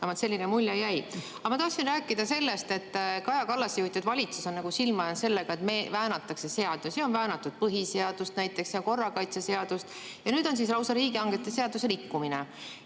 Aga ma tahtsin rääkida sellest, et Kaja Kallase juhitud valitsus on silma jäänud sellega, et väänatakse seadusi. On väänatud põhiseadust näiteks, samuti korrakaitseseadust ja nüüd on lausa riigihangete seaduse rikkumine.